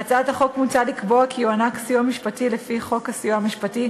בהצעת החוק מוצע לקבוע כי יוענק סיוע משפטי לפי חוק הסיוע המשפטי,